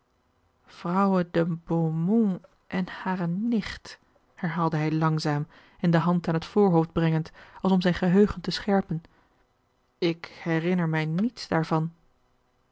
vrouwe de beaumont en hare nicht herhaalde hij langzaam en de hand aan het voorhoofd brengend als om zijn geheugen te scherpen ik herinner mij niets daarvan